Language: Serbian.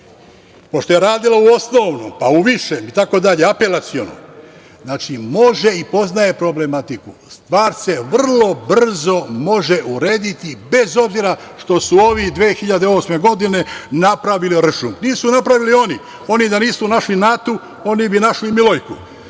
pošto je radila u osnovnom, pa u višem i tako dalje, apelacionom, znači, može i poznaje problematiku. Stvar se vrlo brzo može urediti bez obzira što su ovi 2008. godine napravili ršum. Nisu napravili oni, oni da nisu našli Natu, oni bi našli Milojku.